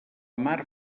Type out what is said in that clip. mar